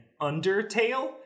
Undertale